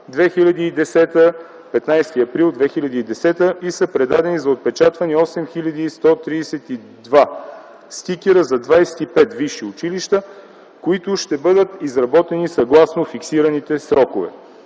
– 15 април 2010 г., и са предадени за отпечатване 8132 стикера за 25 висши училища, които ще бъдат изработени съгласно фиксираните срокове.